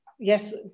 Yes